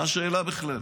מה השאלה בכלל?